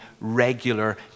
regular